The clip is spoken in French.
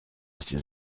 ces